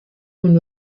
und